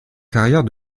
carrière